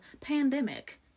pandemic